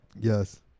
Yes